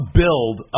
build